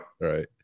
right